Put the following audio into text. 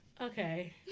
Okay